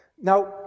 Now